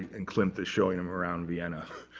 and klimt is showing him around vienna.